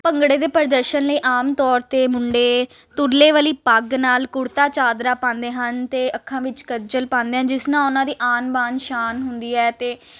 ਭੰਗੜੇ ਦੇ ਪ੍ਰਦਰਸ਼ਨ ਲਈ ਆਮ ਤੌਰ 'ਤੇ ਮੁੰਡੇ ਤੁਰਲੇ ਵਾਲੀ ਪੱਗ ਨਾਲ ਕੁੜਤਾ ਚਾਦਰਾ ਪਾਉਂਦੇ ਹਨ ਅਤੇ ਅੱਖਾਂ ਵਿੱਚ ਕੱਜਲ ਪਾਨੇ ਜਿਸ ਨਾਲ ਉਹਨਾਂ ਦੀ ਆਣ ਬਾਨ ਸ਼ਾਨ ਹੁੰਦੀ ਹੈ ਅਤੇ